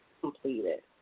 completed